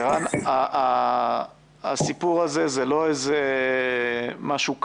ערן, הסיפור הזה הוא לא איזה משהו קל.